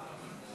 סתיו